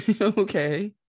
Okay